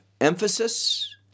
emphasis